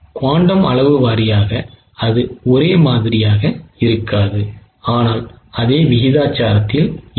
quantum அளவு வாரியாக அது ஒரே மாதிரியாக இருக்காது ஆனால் அதே விகிதாசாரத்தில் இருக்கும்